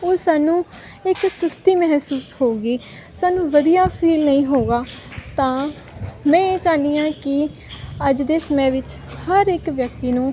ਉਹ ਸਾਨੂੰ ਇੱਕ ਸੁਸਤੀ ਮਹਿਸੂਸ ਹੋਊਗੀ ਸਾਨੂੰ ਵਧੀਆ ਫੀਲ ਨਹੀਂ ਹੋਉਗਾ ਤਾਂ ਮੈਂ ਇਹ ਚਾਹੁੰਦੀ ਆ ਕਿ ਅੱਜ ਦੇ ਸਮੇਂ ਵਿੱਚ ਹਰ ਇੱਕ ਵਿਅਕਤੀ ਨੂੰ